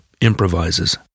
improvises